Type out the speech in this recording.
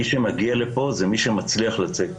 מי שמגיע לפה זה מי שמצליח לצאת,